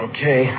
Okay